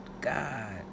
God